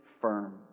firm